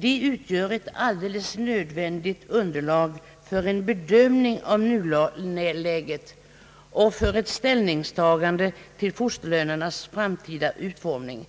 De utgör ett alldeles nödvändigt underlag för en bedömning av nuläget och för ett ställningstagande till fosterlönernas framtida utformning.